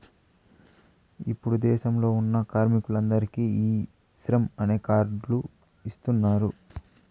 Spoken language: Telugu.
ఇప్పుడు దేశంలో ఉన్న కార్మికులందరికీ ఈ శ్రమ్ అనే కార్డ్ లు ఇస్తున్నారు